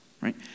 right